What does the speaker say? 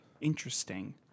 interesting